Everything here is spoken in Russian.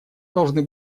должны